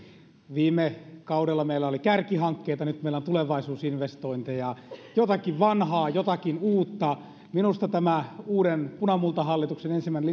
viime kaudella meillä oli kärkihankkeita nyt meillä on tulevaisuusinvestointeja jotakin vanhaa jotakin uutta minusta tämä uuden punamultahallituksen ensimmäinen